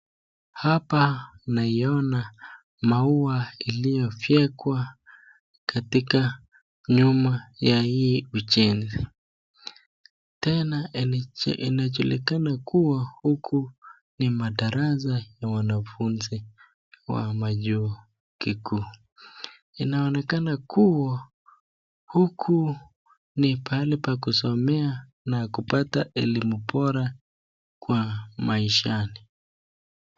Naiona maua iliyo vyekwa katika nyuma ya hii ujenzi. Tena inajulikana kuwa huku ni madarasa ya wanafunzi wa chuo kikuu. Na huku ni mahali pa kusomea na kupata elimu bora kwa maishani.